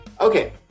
okay